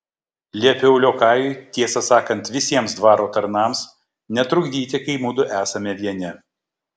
liepiau liokajui tiesą sakant visiems dvaro tarnams netrukdyti kai mudu esame vieni